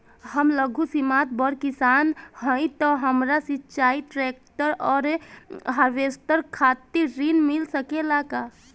हम लघु सीमांत बड़ किसान हईं त हमरा सिंचाई ट्रेक्टर और हार्वेस्टर खातिर ऋण मिल सकेला का?